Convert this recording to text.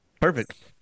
Perfect